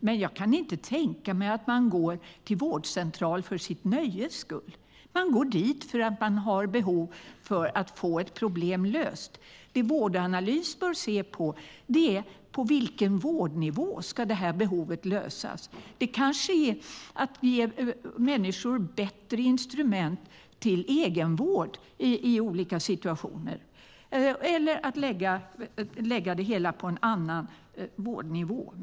Jag kan dock inte tänka mig att man går till vårdcentralen för sitt nöjes skull, utan man går dit för att man har behov av att få ett problem löst. Det Vårdanalys bör titta på är vilken vårdnivå behovet ska lösas på - det kanske handlar om att ge människor bättre instrument för egenvård i olika situationer eller om att lägga det hela på en annan vårdnivå.